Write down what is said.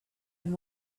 and